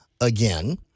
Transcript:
again